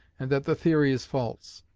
and that the theory is false.